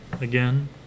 Again